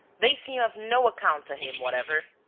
they seem of no account to him whatever.